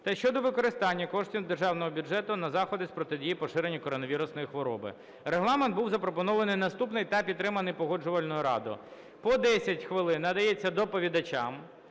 та щодо використання коштів Державного бюджету на заходи з протидії поширення коронавірусної хвороби. Регламент був запропонований наступний та підтриманий Погоджувальною радою: по 10 хвилин надається доповідачам.